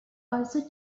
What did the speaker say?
also